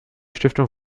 stiftung